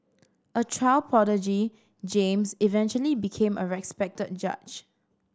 a child prodigy James eventually became a respected judge